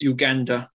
Uganda